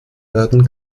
werden